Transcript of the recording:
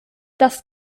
das